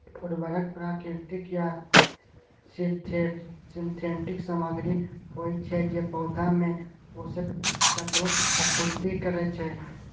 उर्वरक प्राकृतिक या सिंथेटिक सामग्री होइ छै, जे पौधा मे पोषक तत्वक आपूर्ति करै छै